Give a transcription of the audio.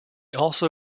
also